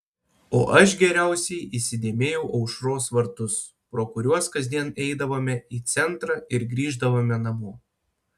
o aš geriausiai įsidėmėjau aušros vartus pro kuriuos kasdien eidavome į centrą ir grįždavome namo